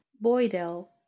Boydell